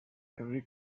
every